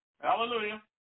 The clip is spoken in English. Hallelujah